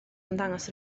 ymddangos